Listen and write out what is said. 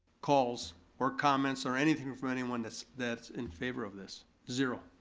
calls or comments or anything from anyone that's that's in favor of this. zero.